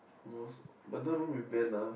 most better room with Ben lah